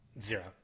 zero